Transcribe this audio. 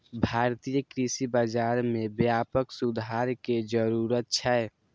भारतीय कृषि बाजार मे व्यापक सुधार के जरूरत छै